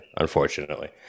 unfortunately